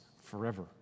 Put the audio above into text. forever